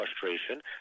frustration